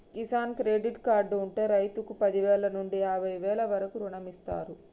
Kisan credit card ఉంటె రైతుకు పదివేల నుండి యాభై వేల వరకు రుణమిస్తారు